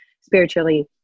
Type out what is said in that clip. spiritually